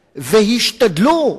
והשתדלו,